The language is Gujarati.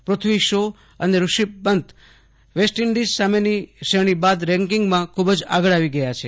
પૃથ્વી શો અને ઋષભ પંત વેસ્ટ ઇન્ડીઝ સામેની શ્રેણી બાદ રેન્કિંગમાં ખુબજ આગળ આવી ગયા છે